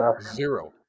zero